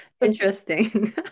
interesting